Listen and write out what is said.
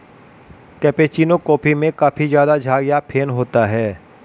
cappuccino coffee में काफी ज़्यादा झाग या फेन होता है